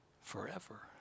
forever